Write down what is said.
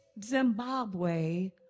Zimbabwe